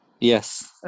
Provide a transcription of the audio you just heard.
Yes